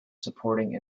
supporting